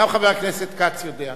גם חבר הכנסת כץ יודע,